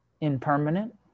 impermanent